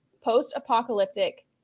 post-apocalyptic